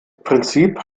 prinzip